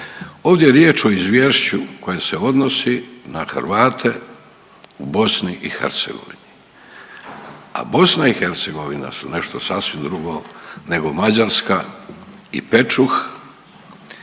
ovdje je riječ o izvješću koje se odnosi na Hrvate u BiH, a BiH su nešto sasvim drugo nego Mađarska i Pečuh